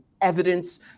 evidence